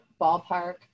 ballpark